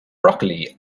broccoli